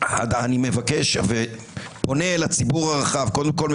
אני פונה אל הציבור הרחב: קודם כול,